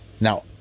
Now